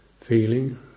Feeling